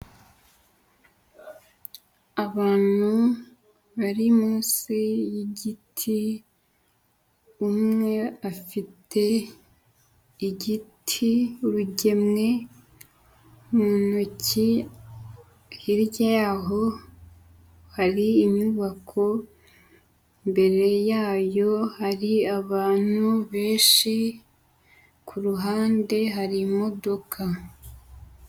Abantu bari munsi y'igiti; umwe afite igiti urugemwe mu ntoki, hirya yaho hari inyubako, imbere yayo hari abantu benshi, kuruhande hari imodoka.